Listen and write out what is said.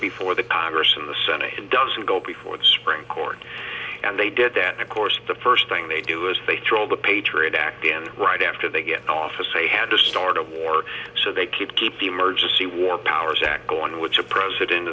before the congress and the senate doesn't go before the spring court and they did that of course the first thing they do is they throw the patriot act in right after they get office a hand to start a war so they keep keep the emergency war powers act going which a president